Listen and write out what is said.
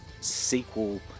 sequel